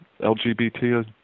LGBT